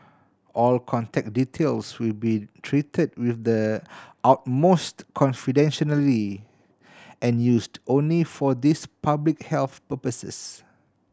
all contact details will be treated with the utmost confidentiality and used only for these public health purposes